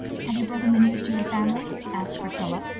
have you broken the news to your family? asked priscilla,